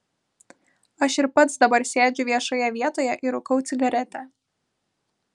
aš ir pats dabar sėdžiu viešoje vietoje ir rūkau cigaretę